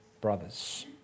brothers